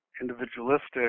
individualistic